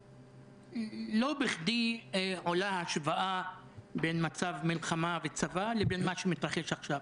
לא בכדי עולה ההשוואה בין מצב מלחמה וצבא לבין מה שמתרחש עכשיו.